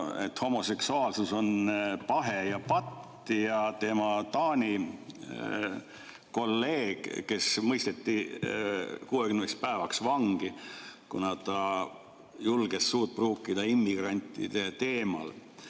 et homoseksuaalsus on pahe ja patt, ja tema Taani kolleeg, kes mõisteti 60 päevaks vangi, kuna ta julges suud pruukida immigrantide teemal.